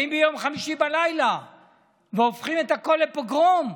באים ביום חמישי בלילה והופכים את הכול לפוגרום.